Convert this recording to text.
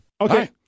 Okay